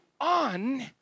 on